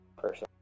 person